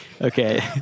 okay